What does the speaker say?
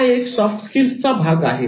हा एक सॉफ्ट स्किल्सचा भाग आहे